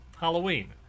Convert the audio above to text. Halloween